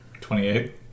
twenty-eight